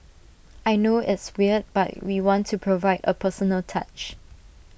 I know it's weird but we want to provide A personal touch